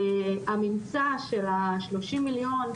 הממצא של ה- 30 מיליון,